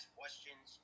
questions